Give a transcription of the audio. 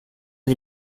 dei